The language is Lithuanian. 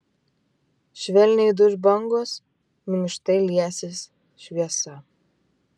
švelniai duš bangos minkštai liesis šviesa